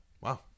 Wow